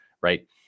right